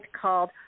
called